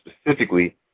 specifically